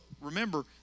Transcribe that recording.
remember